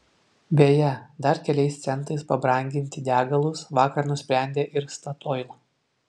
beje dar keliais centais pabranginti degalus vakar nusprendė ir statoil